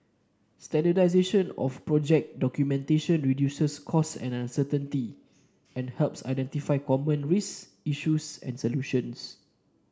standardisation of project documentation reduces cost and uncertainty and helps identify common risk issues and solutions